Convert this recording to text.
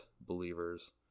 believers